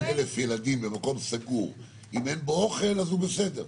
1,000 ילדים במקום סגור אם אין בו אוכל אז הוא בסדר.